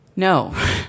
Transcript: no